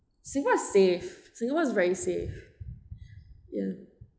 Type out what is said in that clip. singapore is safe singapore is very safe ya